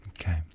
Okay